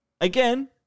again